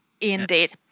indeed